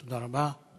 תודה רבה.